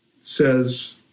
says